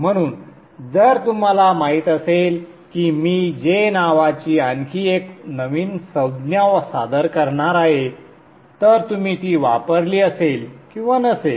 म्हणून जर तुम्हाला माहित असेल की मी J नावाची आणखी एक नवीन संज्ञा सादर करणार आहे तर तुम्ही ती वापरली असेल किंवा नसेल